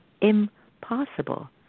impossible